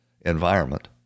environment